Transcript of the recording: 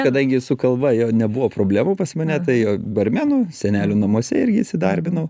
kadangi su kalba jo nebuvo problemų pas mane tai barmenu senelių namuose irgi įsidarbinau